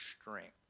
strength